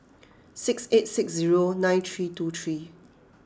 six eight six zero nine three two three